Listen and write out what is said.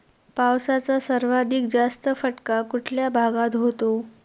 पावसाचा सर्वाधिक जास्त फटका कुठल्या भागात होतो?